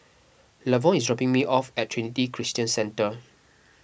Lavon is dropping me off at Trinity Christian Centre